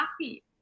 happy